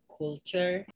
culture